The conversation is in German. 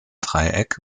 dreieck